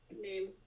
name